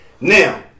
Now